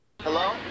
Hello